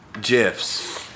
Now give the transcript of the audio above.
gifs